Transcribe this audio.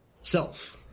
self